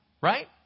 Right